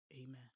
amen